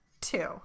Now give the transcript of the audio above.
Two